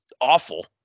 awful